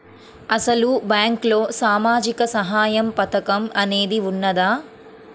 అసలు బ్యాంక్లో సామాజిక సహాయం పథకం అనేది వున్నదా?